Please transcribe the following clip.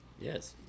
Yes